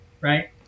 right